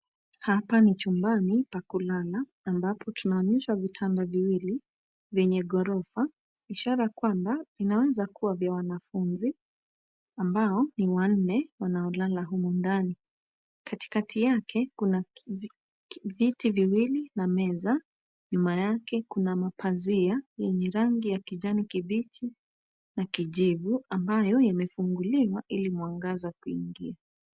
Hapa ni chumbani, pa kulala ambapo tunaonyesha vitanda viwili, vyenye ghorofa, ishara kwamba, inaweza kuwa vya wanafunzi, ambao ni wanne wanaolala humu ndani. Katikati yake, kuna viti viwili na meza. Nyuma yake, kuna mapazia yenye rangi ya kijani kibichi na kijivu ambayo yamefunguliwa ili mwangaza kuingia.